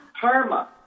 karma